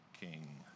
King